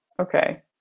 Okay